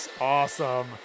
awesome